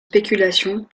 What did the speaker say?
spéculations